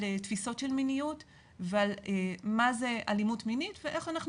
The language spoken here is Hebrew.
על תפיסות של מיניות ועל מה זה אלימות מינית ואיך אנחנו